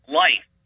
life